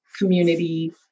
community